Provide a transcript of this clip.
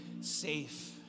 safe